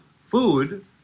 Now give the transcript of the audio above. food